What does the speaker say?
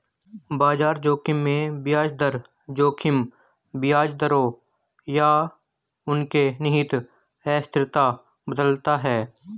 बाजार जोखिम में ब्याज दर जोखिम ब्याज दरों या उनके निहित अस्थिरता बदलता है